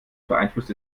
beeinflusst